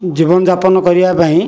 ଜୀବନଯାପନ କରିବା ପାଇଁ